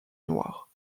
noirs